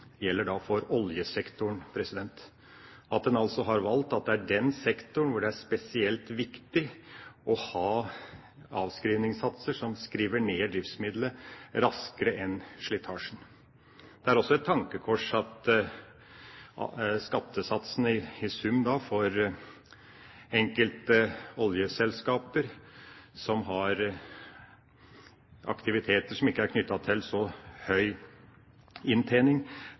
er i denne sektoren det er spesielt viktig å ha avskrivningssatser som gjør at en skriver ned driftsmiddelet raskere enn slitasjen. Det er også et tankekors at skattesatsene i sum for enkelte oljeselskaper som har aktiviteter som ikke er knyttet til så høy inntjening,